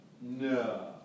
No